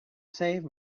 save